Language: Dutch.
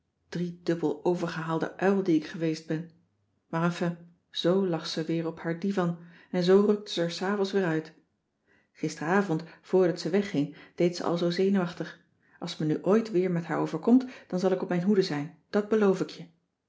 driedubbel overgehaalde uil die ik geweest ben maar enfin z lag ze weer op haar divan en z rukte ze s avonds weer uit gisteravond voor dat ze wegging deed ze al zoo zenuwachtig als t me nu ooit weer met haar overkomt dan zal ik op mijn hoede zijn dat beloof ik je